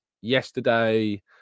yesterday